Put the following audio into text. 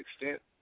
extent